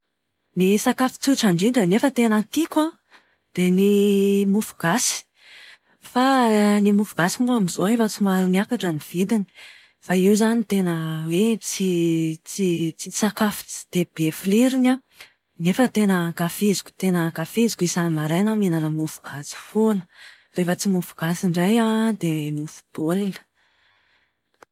Ny sakafo tsotra indrindra nefa tena tiako an, dia ny mofogasy. Fa ny mofogasy moa amin'izao efa somary niakatra ny vidiny. Fa io izany tena hoe tsy tsy tsy sakafo tsy dia be filirony an, nefa tena ankafiziko tena ankafiziko. Isa-maraina aho mihinana mofogasy foana. Rehefa tsy mofogasy indray an, dia mofo baolina.